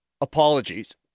Apologies